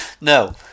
No